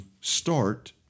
start